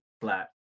flat